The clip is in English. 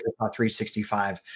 365